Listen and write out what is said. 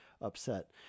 upset